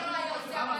שוחרר בגלל התקשורת.